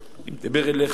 אני מדבר אליך.